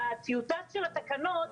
בטיוטה של התקנות,